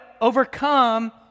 overcome